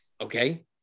Okay